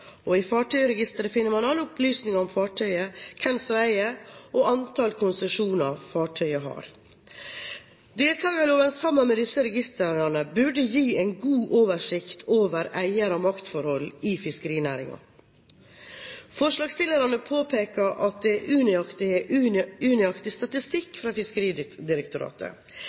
I Fartøyregisteret finner man alle opplysninger om fartøyet, hvem som eier og antall konsesjoner fartøyet har. Deltakerloven burde sammen med disse registrene gi en god oversikt over eier- og maktforhold i fiskerinæringen. Forslagsstillerne påpeker at det er unøyaktig statistikk fra Fiskeridirektoratet. Dette gjelder bl.a. restriksjoner mot å selge fartøy fra